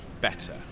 better